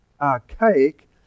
Archaic